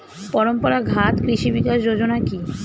পরম্পরা ঘাত কৃষি বিকাশ যোজনা কি?